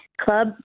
Club